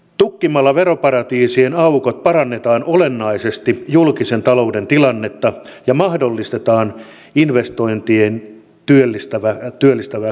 tukkimalla veroparatiisien aukot parannetaan olennaisesti julkisen talouden tilannetta ja mahdollistetaan investointien työllistävää kasvua